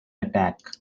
attack